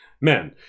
men